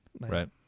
Right